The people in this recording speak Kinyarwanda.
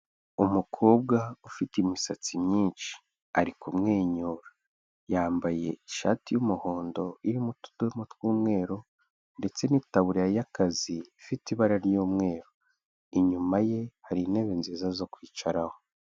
Umukobwa ufite imisatsi myinshi, ari kumwenyura, yambaye ishati y'umuhondo irimo utudomo tw'umweru ndetse n'itaburariya y'akazi, ifite ibara ry'umweru, inyuma ye hari intebe nziza zo kwicaraho.